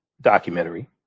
documentary